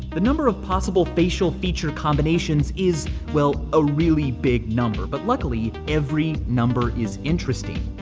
the number of possible facial feature combinations is well a really big number but luckily every number is interesting.